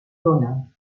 dóna